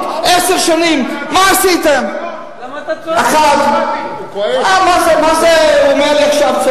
לצבא, אחר כך, מה אתה מבלבל לי עם הישיבות?